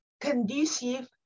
conducive